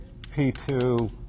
p2